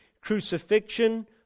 crucifixion